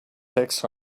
takes